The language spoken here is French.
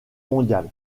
mondiale